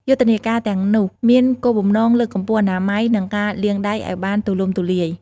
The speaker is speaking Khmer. យុទ្ធនាការទាំងនោះ មានគោលបំណងលើកកម្ពស់អនាម័យ និងការលាងដៃឱ្យបានទូលំទូលាយ។